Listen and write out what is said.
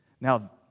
Now